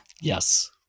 Yes